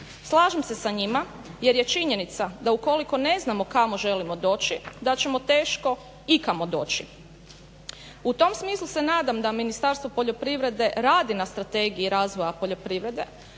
Slažem se sa njima jer je činjenica da ukoliko ne znamo kamo želimo doći da ćemo teško ikamo doći. U tom smislu se nadam da Ministarstvo poljoprivrede radi na Strategiji razvoja poljoprivrede